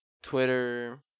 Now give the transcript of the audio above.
Twitter